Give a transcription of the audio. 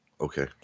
Okay